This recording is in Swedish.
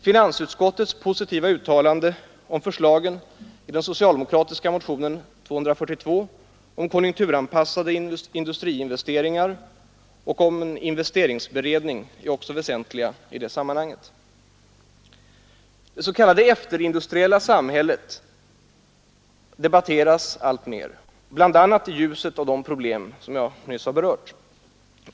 Finansutskottets positiva uttalande om förslagen i den socialdemokratiska motionen 242 om konjunkturanpassade industriinvesteringar och om en investeringsberedning är också väsentliga i detta sammanhang. Det s.k. efterindustriella samhället debatteras alltmer, bl.a. i ljuset av de problem jag nyss har berört.